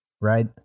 right